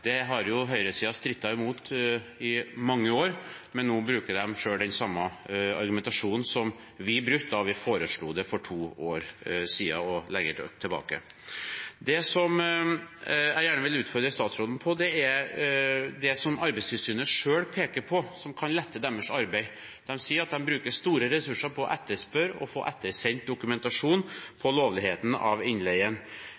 Det har høyresiden strittet imot i mange år, men nå bruker de selv den samme argumentasjonen som vi brukte da vi foreslo det for to år siden og lenger tilbake. Det jeg gjerne vil utfordre statsråden på, er det som Arbeidstilsynet selv peker på som kan lette deres arbeid. De sier at de bruker store ressurser på å etterspørre og få ettersendt dokumentasjon